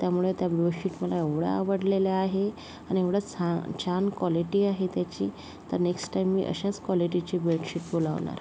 त्यामुळे त्या बेडशीट मला एवढ्या आवडलेल्या आहे आणि एवढ्या सा छान क्वालिटी आहे त्याची तर नेक्स्ट टाईम मी अशाच क्वालिटीची बेडशीट बोलावणार